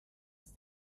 ist